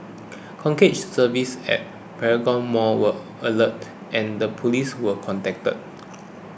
services at Paragon mall were alerted and the police were contacted